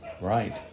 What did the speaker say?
Right